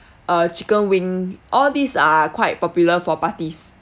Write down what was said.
uh chicken wing all these are quite popular for parties